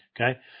Okay